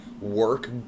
work